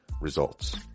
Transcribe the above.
Results